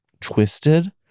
twisted